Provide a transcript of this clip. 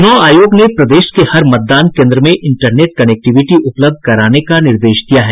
चुनाव आयोग ने प्रदेश के हर मतदान कोन्द्र में इंटरनेट कनेक्टिविटी उपलब्ध कराने का निर्देश दिया है